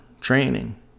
training